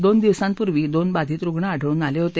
दोन दिवसांपूर्वी दोन बाधित रुग्ण आढळून आले होते